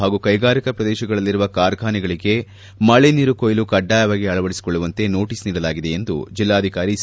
ಹಾಗೂ ಕೈಗಾರಿಕಾ ಪ್ರದೇಶದಲ್ಲಿರುವ ಕಾರ್ಖಾನೆಗಳಗೆ ಮಳೆ ನೀರು ಕೊಯ್ಲು ಕಡ್ಡಾಯವಾಗಿ ಅಳವಡಿಸೊಳ್ಳುವಂತೆ ನೋಟಸ್ ನೀಡಲಾಗಿದೆ ಎಂದು ಜಿಲ್ಲಾಕಾರಿ ಸಿ